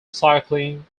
cycling